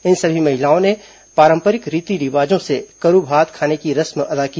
इन सभी महिलाओं ने पारंपरिक रीति रिवाजों से करूभात खाने की रस्म अदा की